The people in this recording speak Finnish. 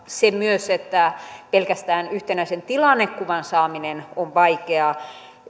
myös se että pelkästään yhtenäisen tilannekuvan saaminen on vaikeaa